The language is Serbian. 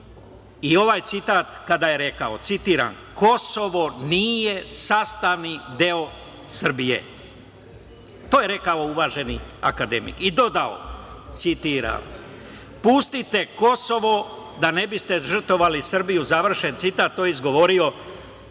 i ovaj citat kada je rekao. Citiram: „Kosovo nije sastavni deo Srbije“. To je rekao uvaženi akademik i dodao, citiram: „Pustite Kosovo da ne biste žrtvovali Srbiju“ završen citat. To je izgovorio